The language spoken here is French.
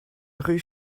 rue